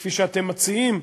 כפי שאתם מציעים,